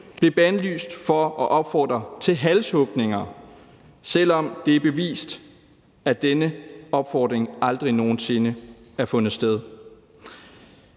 blev bandlyst for at opfordre til halshugninger, selv om det er bevist, at denne opfordring aldrig nogen sinde har fundet sted.